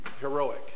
heroic